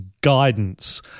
guidance